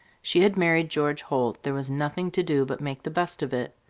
she had married george holt, there was nothing to do but make the best of it.